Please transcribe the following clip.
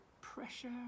pressure